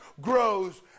grows